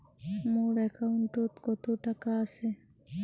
মোর একাউন্টত কত টাকা আছে?